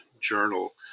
journal